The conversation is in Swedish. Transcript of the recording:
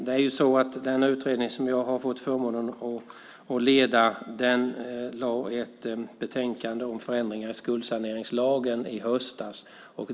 Den utredning som jag har haft förmånen att leda lade fram ett betänkande om förändringar i skuldsaneringslagen i höstas.